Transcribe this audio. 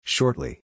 Shortly